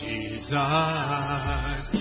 Jesus